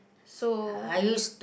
so